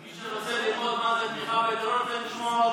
מי שרוצה ללמוד מה זה תמיכה בטרור צריך לשמוע אותך.